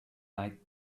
like